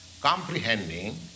comprehending